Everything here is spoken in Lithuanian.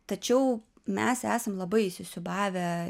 tačiau mes esam labai įsisiūbavę